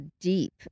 deep